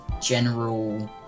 general